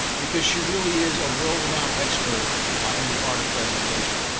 because she really is a world renown expert in the art of presentation.